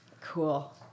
Cool